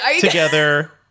together